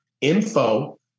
Info